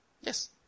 Yes